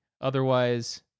otherwise